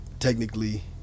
technically